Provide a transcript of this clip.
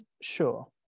sure